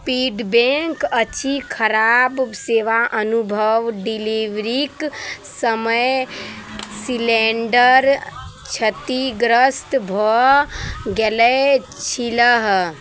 feedback अछि खराब सेवा अनुभव डिलीवरीके समय सिलेंडर क्षतिग्रस्त भऽ गेल छल